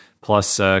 plus